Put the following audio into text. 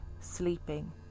sleeping